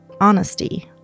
Honesty